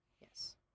yes